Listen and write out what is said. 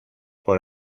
por